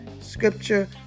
scripture